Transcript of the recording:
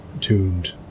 tuned